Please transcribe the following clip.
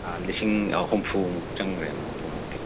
ꯂꯤꯁꯤꯡ ꯍꯨꯝꯐꯨꯃꯨꯛ ꯆꯪꯒ꯭ꯔꯦ ꯍꯨꯝꯐꯨꯃꯨꯛꯇꯤ